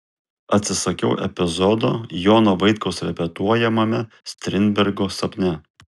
atsisakiau epizodo jono vaitkaus repetuojamame strindbergo sapne